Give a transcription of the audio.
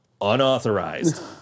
unauthorized